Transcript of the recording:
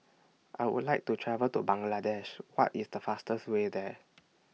I Would like to travel to Bangladesh What IS The fastest Way There